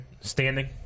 standing